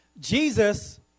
Jesus